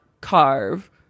carve